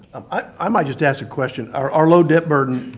i might just ask question. our our low debt burden,